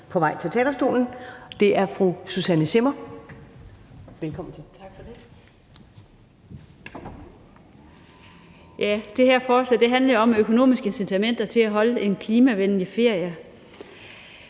for forslagsstillerne) Susanne Zimmer (UFG): Tak for det. Det her forslag handler om økonomiske incitamenter til at holde en klimavenlig ferie.